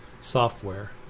software